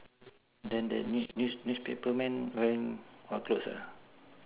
then the new new news newspaper man wearing what clothes ah